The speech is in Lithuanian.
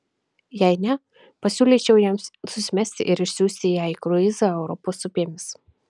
jei ne pasiūlyčiau jiems susimesti ir išsiųsti ją į kruizą europos upėmis